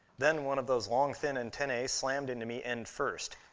then one of those long, thin antennae slammed into me end-first.